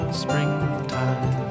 springtime